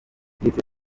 ndetse